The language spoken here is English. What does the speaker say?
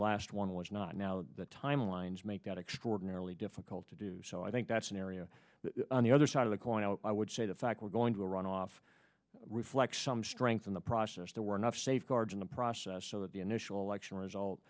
last one was not now the timelines make that extraordinarily difficult to do so i think that's an area on the other side of the coin i would say the fact we're going to a runoff reflects some strength in the process there were enough safeguards in the process so that the initial election result